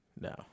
No